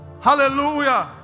Hallelujah